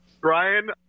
Brian